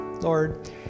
Lord